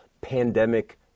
pandemic